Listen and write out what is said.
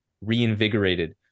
reinvigorated